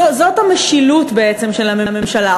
זאת המשילות, בעצם, של הממשלה.